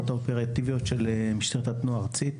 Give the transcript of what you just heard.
האופרטיביות של משטרה התנועה הארצית.